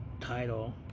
Title